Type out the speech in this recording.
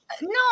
No